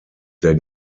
der